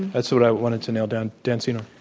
that's what i wanted to nail down. dan senor.